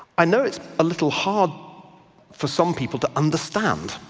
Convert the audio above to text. i know it's a little hard for some people to understand